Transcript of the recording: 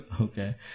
Okay